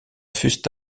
fussent